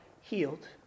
healed